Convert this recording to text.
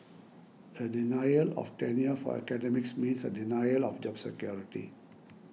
a denial of tenure for academics means a denial of job security